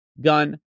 gun